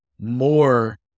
more